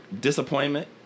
disappointment